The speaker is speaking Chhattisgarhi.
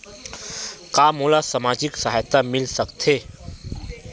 का मोला सामाजिक सहायता मिल सकथे?